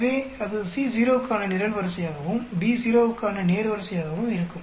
எனவே அது Co க்கான நிரல்வரிசையாகவும் Bo க்கான நேர்வரிசையாகவும் இருக்கும்